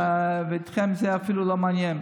ואתכם זה אפילו לא מעניין.